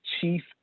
chief